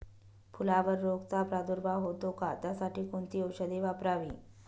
फुलावर रोगचा प्रादुर्भाव होतो का? त्यासाठी कोणती औषधे वापरावी?